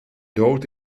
dood